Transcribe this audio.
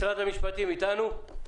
משרד המשפטים אתנו?